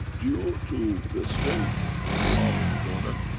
due to the strength of corona,